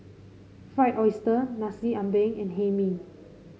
Fried Oyster Nasi Ambeng and Hae Mee